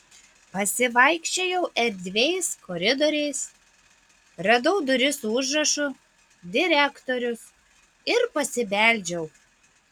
pasivaikščiojau erdviais koridoriais radau duris su užrašu direktorius ir pasibeldžiau